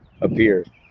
appeared